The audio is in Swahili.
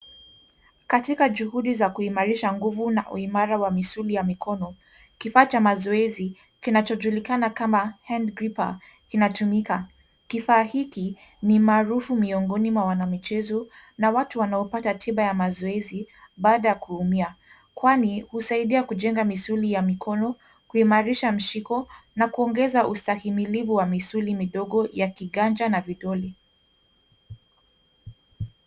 Katika juhudi ya kuongeza nguvu na uimara wa misuli ya mikono. Kifaa cha mazoezi kinachojulikana kama handgripper kinatumika. Kifaa hiki ni maarufu miongoni mwa wanamichezo na watu wanaopata tiba ya mazoezi baada ya kuumia kwani husaidia kujenga misuli ya mikono, kimarisha mshiko na kuongeza ustahimilifu wa misuli midogo ya kiganja na vidole.